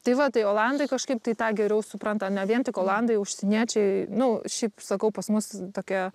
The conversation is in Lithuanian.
tai va tai olandai kažkaip tai tą geriau supranta ne vien tik olandai užsieniečiai nu šiaip sakau pas mus tokia